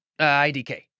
IDK